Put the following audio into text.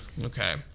Okay